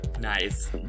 nice